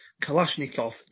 Kalashnikov